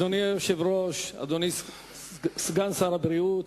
אדוני היושב-ראש, אדוני סגן שר הבריאות,